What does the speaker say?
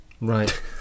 Right